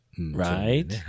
Right